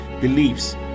beliefs